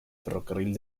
ferrocarril